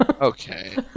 Okay